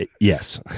Yes